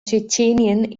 tschetschenien